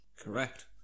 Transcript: Correct